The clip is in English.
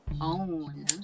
own